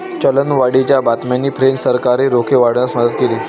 चलनवाढीच्या बातम्यांनी फ्रेंच सरकारी रोखे वाढवण्यास मदत केली